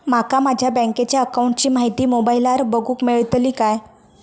माका माझ्या बँकेच्या अकाऊंटची माहिती मोबाईलार बगुक मेळतली काय?